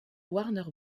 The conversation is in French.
warner